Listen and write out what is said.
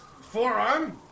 forearm